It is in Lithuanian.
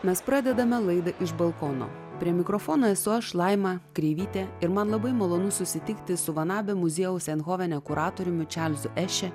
mes pradedame laidą iš balkono prie mikrofono esu aš laima kreivytė ir man labai malonu susitikti su van abe muziejaus eindhovene kuratoriumi čarlzu ešė